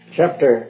Chapter